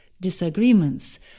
disagreements